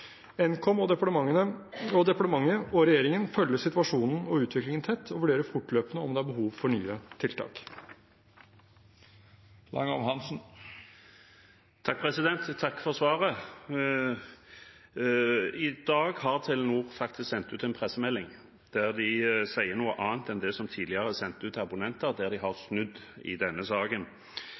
Nkom, departementet og regjeringen følger situasjonen og utviklingen tett og vurderer fortløpende om det er behov for nye tiltak. Takk for svaret. I dag har Telenor faktisk sendt ut en pressemelding der de sier noe annet enn det som tidligere er sendt ut til abonnenter, og der de har snudd i denne saken.